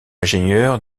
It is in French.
ingénieur